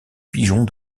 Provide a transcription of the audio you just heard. pigeons